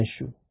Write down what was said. issue